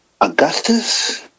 Augustus